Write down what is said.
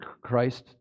Christ